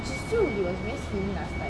which is true he was very skinny last time